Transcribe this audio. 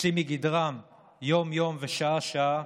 יוצאים מגדרם יום-יום ושעה-שעה